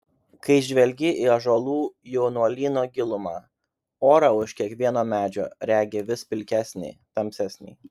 kai žvelgi į ąžuolų jaunuolyno gilumą orą už kiekvieno medžio regi vis pilkesnį tamsesnį